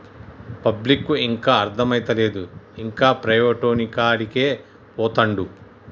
పబ్లిక్కు ఇంకా అర్థమైతలేదు, ఇంకా ప్రైవేటోనికాడికే పోతండు